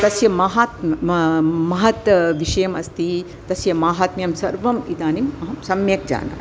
तस्य माहात्म्यं म महत् विषयम् अस्ति तस्य माहात्म्यं सर्वम् इदानीम् अहं सम्यक् जानामि